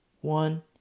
one